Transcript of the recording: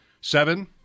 Seven